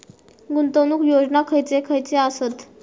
गुंतवणूक योजना खयचे खयचे आसत?